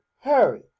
hurry